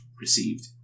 received